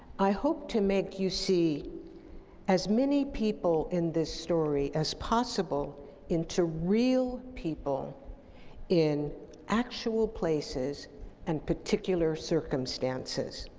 i hope to make you see as many people in this story as possible into real people in actual places and particular circumstances,